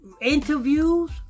interviews